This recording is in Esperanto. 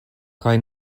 kaj